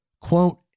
Quote